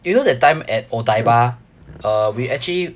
you know that time at odaiba uh we actually